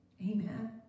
amen